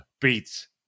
beats